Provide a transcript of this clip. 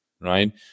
right